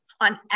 on